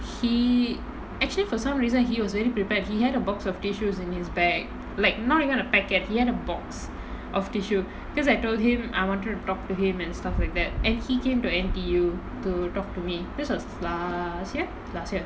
he actually for some reason he was already prepared he had a box of tissues in his bag like not even a packet he had a box of tissue because I told him I wanted to talk to him and stuff like that and he came to N_T_U to talk to me this was last year last year